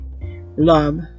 love